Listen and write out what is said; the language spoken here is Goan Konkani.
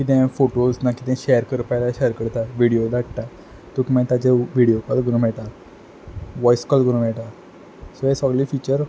कितेंय फोटोस ना कितेंय शेर करपा जाय जाल्यार शेर करतात विडिओ धाडटा तुका मागीर ताजेर विडियो कॉल करूंक मेयटा वॉयस कॉल करूंक मेयटा सो हें सोगलें फीचर